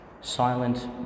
silent